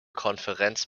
konferenz